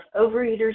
Overeaters